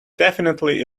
definitively